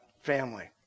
family